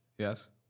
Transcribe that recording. Yes